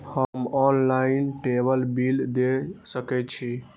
हम online table bill दे सके छी?